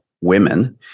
women